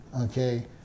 okay